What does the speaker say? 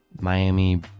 Miami